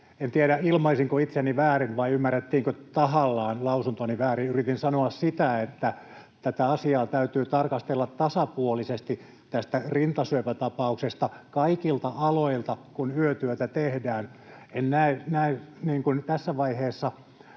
En tiedä, ilmaisinko itseäni väärin vai ymmärrettiinkö lausuntoni tahallaan väärin. Yritin sanoa sitä, että tätä asiaa näistä rintasyöpätapauksista täytyy tarkastella tasapuolisesti kaikilla aloilla, kun yötyötä tehdään. En näe tässä vaiheessa